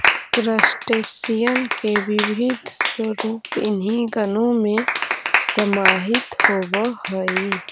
crustacean के विविध स्वरूप इन्हीं गणों में समाहित होवअ हई